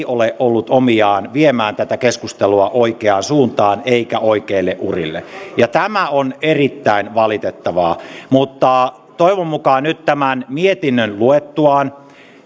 ole ollut omiaan viemään tätä keskustelua oikeaan suuntaan eikä oikeille urille ja tämä on erittäin valitettavaa mutta toivon mukaan nyt tämän mietinnön luettuaan